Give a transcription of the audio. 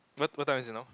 what what time is it now